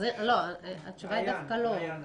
התשובה היא דווקא לא.